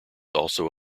also